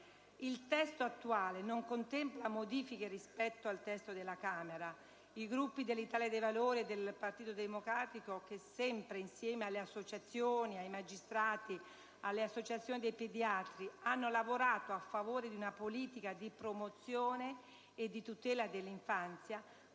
Il testo attuale non contempla modifiche rispetto al testo della Camera: i Gruppi dell'Italia dei Valori e del Partito Democratico (che sempre, insieme alle associazioni, ai magistrati, alle associazioni dei pediatri, hanno lavorato a favore di una politica di promozione e di tutela dell'infanzia)